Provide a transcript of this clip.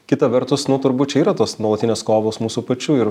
kita vertus nu turbūt čia yra tos nuolatinės kovos mūsų pačių ir